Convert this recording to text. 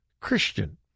Christian